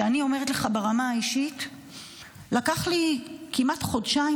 אני אומרת לך שברמה האישית לקח לי כמעט חודשיים